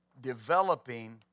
Developing